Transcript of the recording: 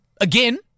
again